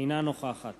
אינה נוכחת